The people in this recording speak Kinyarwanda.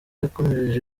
yakomereje